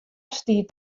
stiet